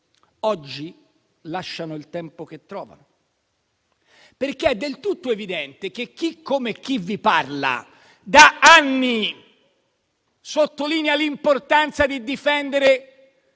oggi lasciano il tempo che trovano. È del tutto evidente infatti che chi, come chi vi parla, da anni sottolinea l'importanza di difendere